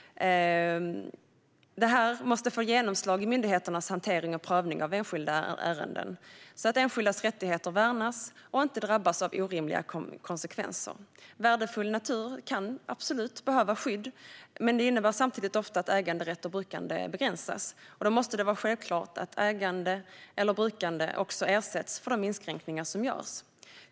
Det måste få genomslag i myndigheternas hantering och prövning av enskilda ärenden så att enskildas rättigheter värnas och de inte drabbas av orimliga konsekvenser. Värdefull natur kan absolut behöva skydd. Samtidigt innebär det ofta att äganderätt och brukande begränsas. Det måste vara självklart att ägare eller brukare ersätts för de inskränkningar som görs.